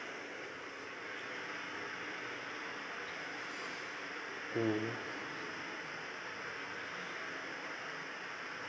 mm